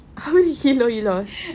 how many kilo you lost